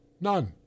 None